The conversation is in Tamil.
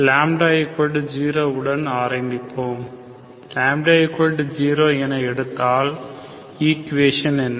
λ0 உடன் ஆரம்பிப்போம் λ 0 என எடுத்தால் ஈக்குவேஷன் என்ன